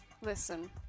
Listen